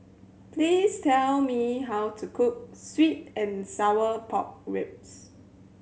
please tell me how to cook sweet and sour pork ribs